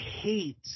hate